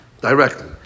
directly